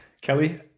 Kelly